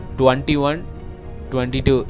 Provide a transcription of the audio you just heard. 21-22